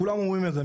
כולם אומרים את זה.